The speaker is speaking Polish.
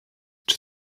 czy